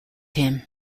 him